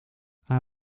hij